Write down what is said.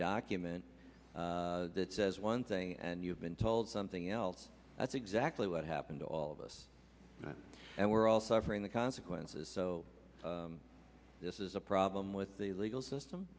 document that says one thing and you've been told something else that's exactly what happened to all of us and we're all suffering the consequences so this is a problem with the legal system